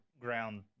ground